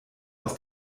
aus